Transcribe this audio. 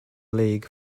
league